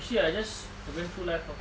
actually I just went through life ah